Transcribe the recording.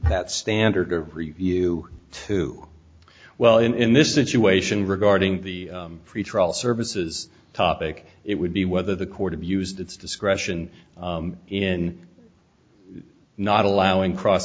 that standard of review to well in in this situation regarding the pretrial services topic it would be whether the court abused its discretion in not allowing cross